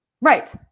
Right